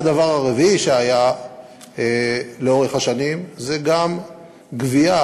והדבר הרביעי שהיה לאורך השנים הוא גם גבייה